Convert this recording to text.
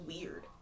weird